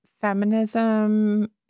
feminism